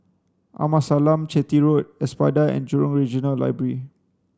Amasalam Chetty Road Espada and Jurong Regional Library